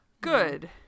Good